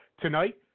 Tonight